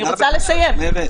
את מאמינה בעמדת מרצ?